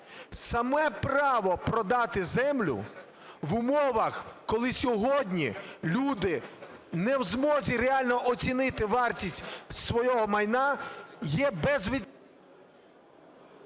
Саме право продати землю в умовах, коли сьогодні люди не в змозі реально оцінити вартість свого майна, є безвідповідальним…